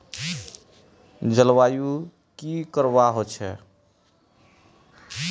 जलवायु की करवा होचे?